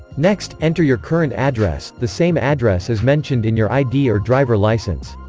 next, enter your current address, the same address as mentioned in your id or driver license